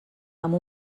amb